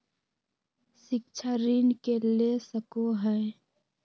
शिक्षा ऋण के ले सको है?